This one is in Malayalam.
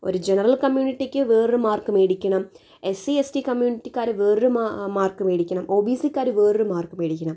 ഒരു ജനറൽ കമ്മ്യൂണിറ്റിക്ക് വേറൊരു മാർക്ക്ടി മേടിക്കണം എസ്സി എസ് ടി കമ്യൂണിറ്റിക്കാര് വേറൊരു മാര്ക്ക് മേടിക്കണം ഒ ബി സിക്കാര് വേറൊരു മാര്ക്ക് മേടിക്കണം